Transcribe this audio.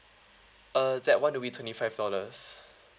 uh that one will be twenty five dollars